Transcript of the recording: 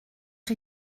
chi